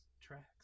tracks